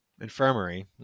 infirmary